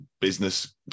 business